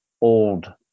old